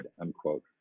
unquote